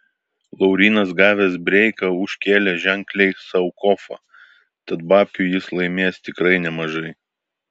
laurynas gavęs breiką užkėlė ženkliai sau kofą tad babkių jis laimės tikrai nemažai